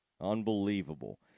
Unbelievable